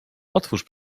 otwórz